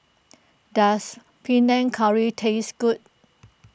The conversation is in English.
does Panang Curry taste good